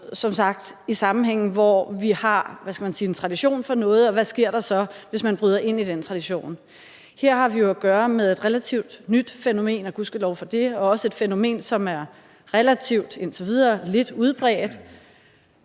i sammenhænge, hvor vi har en tradition for noget, og spørgsmålet er så, hvad der så sker, hvis man bryder med den tradition. Her har vi jo at gøre med et relativt nyt fænomen – og gudskelov for det – og også et fænomen, som indtil videre er relativt lidt udbredt,